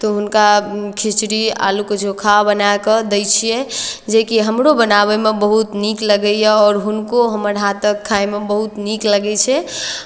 तऽ हुनका खिचड़ी आलूके चोखा बनाए कऽ दै छियै जेकि हमरो बनाबयमे बहुत नीक लगैए आओर हुनको हमर हाथक खायमे बहुत नीक लगै छै